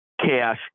cash